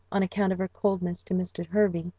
on account of her coldness to mr. hervey,